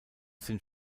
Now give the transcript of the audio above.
sind